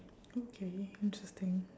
okay interesting